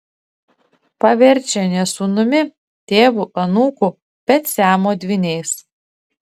paverčia ne sūnumi tėvu anūku bet siamo dvyniais